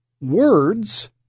words